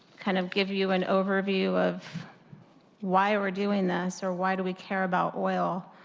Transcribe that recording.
kind of give you an overview of why we are doing this, or why do we care about oil,